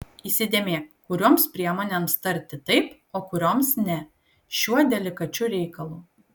įsidėmėk kurioms priemonėms tarti taip o kurioms ne šiuo delikačiu reikalu